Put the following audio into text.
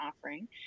offering